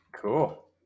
cool